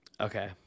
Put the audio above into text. Okay